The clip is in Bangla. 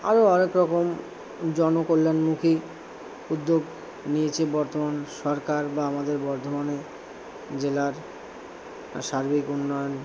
আরও অনেক রকম জনকল্যাণমুখী উদ্যোগ নিয়েছে বর্তমান সরকার বা আমাদের বর্ধমানে জেলার সার্বিক উন্নয়ন